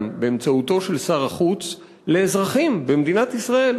באמצעותו של שר החוץ לאזרחים במדינת ישראל,